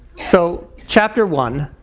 so chapter one,